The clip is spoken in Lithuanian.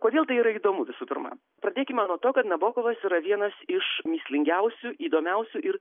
kodėl tai yra įdomu visų pirma pradėkime nuo to kad nabokovas yra vienas iš mįslingiausių įdomiausių ir